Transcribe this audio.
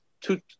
two